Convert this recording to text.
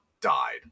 died